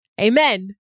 Amen